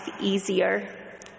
easier